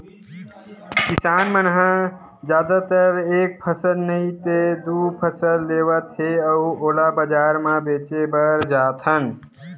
किसान मन ह जादातर एक फसल नइ ते दू फसल लेवत हे अउ ओला बजार म बेचे बर जाथन